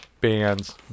bands